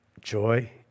joy